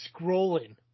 scrolling